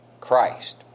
Christ